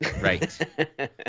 Right